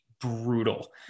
brutal